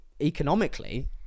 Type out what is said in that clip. economically